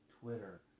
Twitter